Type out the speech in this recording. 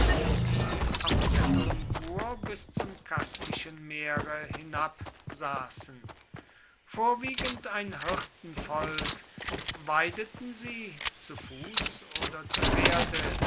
die am unteren kur bis zum kaspischen meere hinab saßen vorwiegend ein hirtenvolk weideten sie zu fuß oder zu pferde